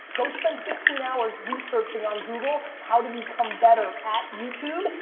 go spend fifteen hours researching on google, how to become better at youtube.